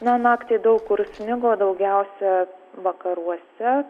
na naktį daug kur snigo daugiausia vakaruose